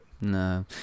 No